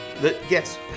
Yes